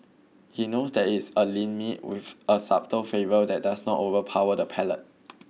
he knows that it is a lean meat with a subtle favour that does not overpower the palate